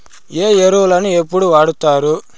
ఏ ఎరువులని ఎప్పుడు వాడుతారు?